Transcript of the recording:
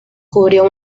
cubrió